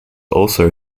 also